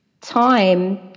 time